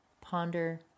ponder